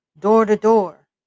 door-to-door